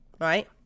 Right